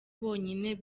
bonyine